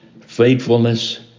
faithfulness